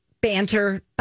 banter